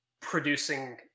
producing